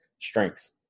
strengths